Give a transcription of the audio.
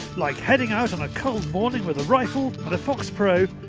like heading out on a cold morning with a rifle and a fox pro.